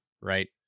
right